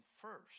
first